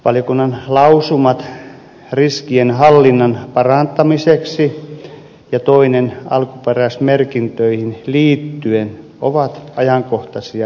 valiokunnan lausumat riskien hallinnan parantamiseksi ja alkuperäismerkintöihin liittyen ovat ajankohtaisia ja paikallaan